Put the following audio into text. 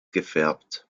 gefärbt